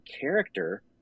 character